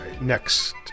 next